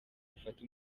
mufate